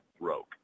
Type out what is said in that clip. broke